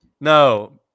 No